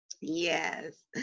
yes